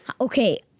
Okay